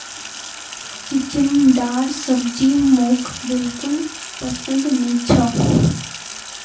चिचिण्डार सब्जी मोक बिल्कुल पसंद नी छ